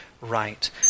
right